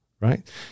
Right